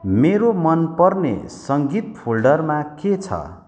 मेरो मनपर्ने सङ्गीत फोल्डरमा के छ